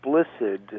explicit